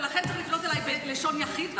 ולכן צריך לפנות בלשון יחיד,